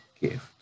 gift